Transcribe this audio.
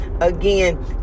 Again